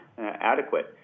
adequate